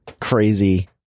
crazy